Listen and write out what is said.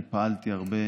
אני פעלתי הרבה